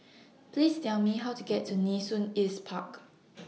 Please Tell Me How to get to Nee Soon East Park